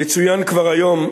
יצוין כבר היום,